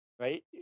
Right